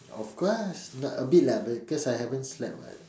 of course not a bit lah cause I haven't slept [what]